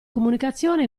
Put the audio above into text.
comunicazione